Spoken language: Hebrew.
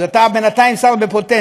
אז אתה בינתיים שר בפוטנציה.